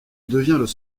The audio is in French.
devient